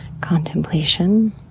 contemplation